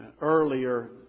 Earlier